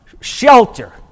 shelter